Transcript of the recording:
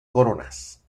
coronas